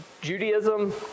Judaism